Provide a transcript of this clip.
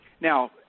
Now